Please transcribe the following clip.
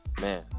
Man